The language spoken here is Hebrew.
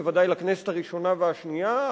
בוודאי לכנסת הראשונה והשנייה,